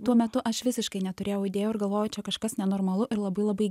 tuo metu aš visiškai neturėjau idėjų ir galvojau čia kažkas nenormalu ir labai labai